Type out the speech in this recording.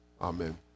amen